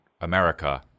America